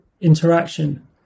interaction